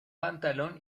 pantalón